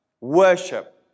Worship